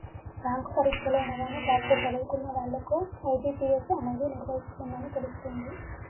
bank పరీక్షలు అనగానే కాస్త చదువుకున్న వాళ్ళకు ఐ.బీ.పీ.ఎస్ అనేది నిర్వహిస్తుందని తెలుస్తుంది